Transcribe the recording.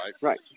Right